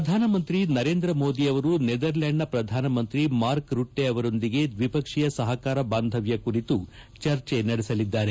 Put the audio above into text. ಪ್ರಧಾನಮಂತ್ರಿ ನರೇಂದ್ರ ಮೋದಿ ಅವರು ನೆದರ್ಲೆಂಡ್ನ ಪ್ರಧಾನಮಂತ್ರಿ ಮಾರ್ಕ ರುಟ್ಟೆ ಅವರೊಂದಿಗೆ ದ್ವಿಸಕ್ಷೀಯ ಸಪಕಾರ ಬಾಂಧವ್ದ ಕುರಿತು ಚರ್ಚೆ ನಡೆಸಲಿದ್ದಾರೆ